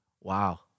Wow